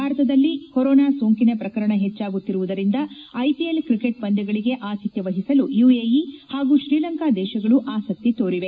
ಭಾರತದಲ್ಲಿ ಕೊರೊನಾ ಸೋಂಕಿನ ಪ್ರಕರಣ ಹೆಚ್ಚಾಗುತ್ತಿರುವುದರಿಂದ ಐಪಿಎಲ್ ಕ್ರಿಕೆಟ್ ಪಂದ್ಲಗಳಿಗೆ ಆತಿಥ್ಲ ವಹಿಸಲು ಯುಎಇ ಹಾಗೂ ಶ್ರೀಲಂಕಾ ದೇಶಗಳು ಆಸಕ್ತಿ ತೋರಿವೆ